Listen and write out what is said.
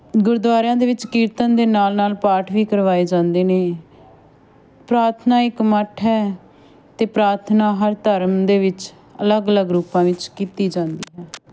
ਗੁਰਦੁਆਰਿਆਂ ਦੇ ਵਿੱਚ ਕੀਰਤਨ ਦੇ ਨਾਲ ਨਾਲ ਪਾਠ ਵੀ ਕਰਵਾਏ ਜਾਂਦੇ ਨੇ ਪ੍ਰਾਰਥਨਾ ਇਕ ਮੱਠ ਹੈ ਅਤੇ ਪ੍ਰਾਰਥਨਾ ਹਰ ਧਰਮ ਦੇ ਵਿੱਚ ਅਲੱਗ ਅਲੱਗ ਰੂਪਾਂ ਵਿੱਚ ਕੀਤੀ ਜਾਂਦੀ ਹੈ